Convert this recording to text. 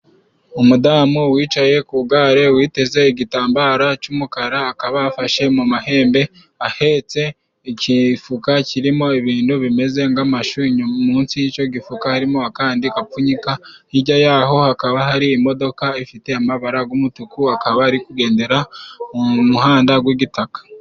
Umudamu wicaye ku gare witeze igitambaro c'umukara, akaba afashe mu mahembe ahetse igifuka kirimo ibindu bimeze ng'amashu. Munsi y'ico gifuka harimo akandi gapfunyika, hirya yaho hakaba hari imodoka ifite amabara g'umutuku, akaba ari kugendera mu muhanda gw'igitaka.